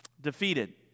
Defeated